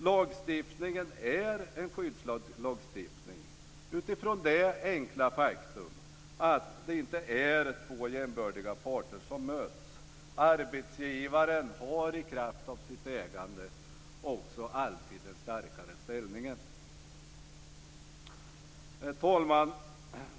Lagstiftningen är en skyddslagstiftning utifrån det enkla faktum att det inte är två jämbördiga parter som möts. Arbetsgivaren har i kraft av sitt ägande också alltid den starkare ställningen. Fru talman!